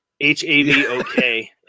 H-A-V-O-K